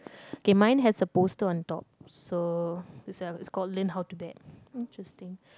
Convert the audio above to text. okay mine has a poster on top so is like Scotland how to bet interesting